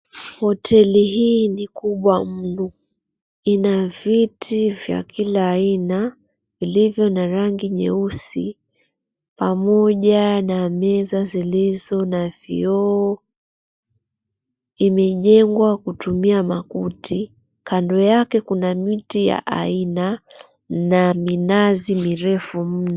Hoteli hii ni kubwa mno lina viti vya kila aina zilizo ya rangi nyeusi pamoja na meza zilizo na vioo, imejengwa kutumia makuti kando yake kuna miti ya aina na minazi mirefu mno.